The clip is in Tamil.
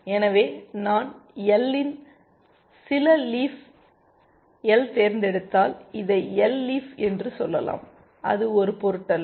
எனவே நான் எல் இன் சில லீஃப் எல் தேர்ந்தெடுத்தால் இதை எல் லீஃப் என்று சொல்லலாம் அது ஒரு பொருட்டல்ல